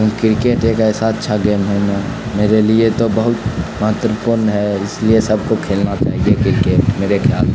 کیوں کرکٹ ایک ایسا اچھا گیم ہے میں میرے لیے تو بہت مہتوپورن ہے اس لیے سب کو کھیلنا چاہیے کرکٹ میرے خیال میں